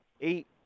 eight